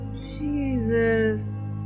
Jesus